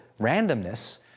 randomness